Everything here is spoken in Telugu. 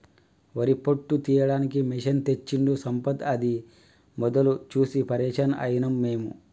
వరి పొట్టు తీయడానికి మెషిన్ తెచ్చిండు సంపత్ అది మొదలు చూసి పరేషాన్ అయినం మేము